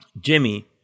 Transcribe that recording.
Jimmy